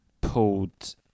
pulled